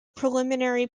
preliminary